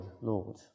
Lord